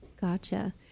Gotcha